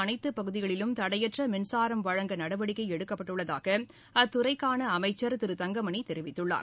அனைத்து பகுதிகளிலும் தடையற்ற மின்சாரம் வழங்க நடவடிக்கை எடுக்கப்பட்டுள்ளதாக அத்துறைக்கான அமைச்சர் திரு தங்கமணி தெரிவித்துள்ளார்